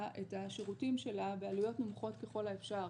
את השירותים שלה בעלויות נמוכות ככל האפשר,